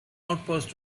outpost